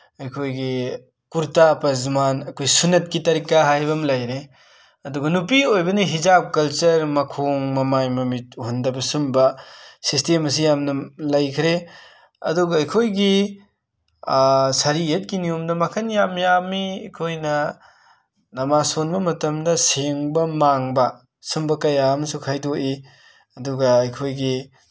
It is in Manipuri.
ꯑꯩꯈꯣꯏꯒꯤ ꯀꯨꯔꯇꯥ ꯄꯥꯏꯖꯃꯥ ꯑꯩꯈꯣꯏ ꯁꯨꯅꯠꯀꯤ ꯇꯔꯤꯀꯥ ꯍꯥꯏꯕ ꯑꯃ ꯂꯩꯔꯦ ꯑꯗꯨꯒ ꯅꯨꯄꯤ ꯑꯣꯏꯕꯅ ꯍꯤꯖꯥꯕ ꯀꯜꯆꯔ ꯃꯈꯣꯡ ꯃꯃꯥꯏ ꯃꯃꯤꯠ ꯎꯍꯟꯗꯕ ꯁꯨꯝꯕ ꯁꯤꯁꯇꯦꯝ ꯑꯁꯤ ꯌꯥꯝꯅ ꯂꯩꯈ꯭ꯔꯦ ꯑꯗꯨꯒ ꯑꯩꯈꯣꯏꯒꯤ ꯁꯔꯤꯌꯠꯀꯤ ꯅꯤꯌꯣꯝꯗ ꯃꯈꯟ ꯌꯥꯝ ꯌꯥꯝꯃꯤ ꯑꯩꯈꯣꯏꯅ ꯅꯃꯥꯁ ꯁꯣꯟꯕ ꯃꯇꯝꯗ ꯁꯦꯡꯕ ꯃꯥꯡꯕ ꯁꯨꯝꯕ ꯀꯌꯥ ꯑꯃꯁꯨ ꯈꯥꯏꯗꯣꯛꯏ ꯑꯗꯨꯒ ꯑꯩꯈꯣꯏꯒꯤ